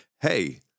Hey